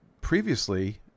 previously